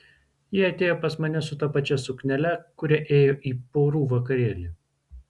ji atėjo pas mane su ta pačia suknele kuria ėjo į porų vakarėlį